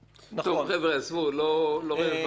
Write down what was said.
לא רלוונטי.